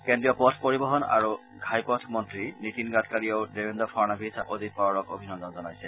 কেন্দ্ৰীয় পথ পৰিবহন আৰু ঘাইপথ মন্ত্ৰী নীতিন গাডকাৰীয়েও দেৱেন্দ্ৰ ফাড়নৱিছ আৰু অজিত পাৱাৰক অভিনন্দন জনাইছে